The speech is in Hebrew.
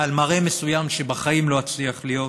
על מראה מסוים שבחיים לא אצליח להיות,